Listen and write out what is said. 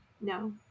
no